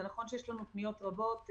זה נכון שיש לנו פניות רבות.